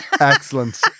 Excellent